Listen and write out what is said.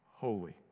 Holy